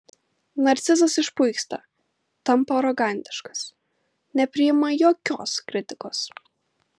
narcizas išpuiksta tampa arogantiškas nepriima jokios kritikos